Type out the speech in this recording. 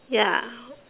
ya